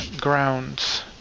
Grounds